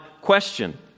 question